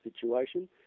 situation